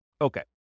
Okay